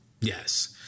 Yes